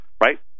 right